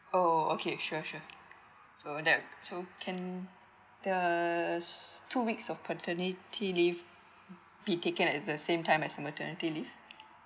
oh okay sure sure so that so can the s~ two weeks of paternity leave be taken as the same time as maternity leave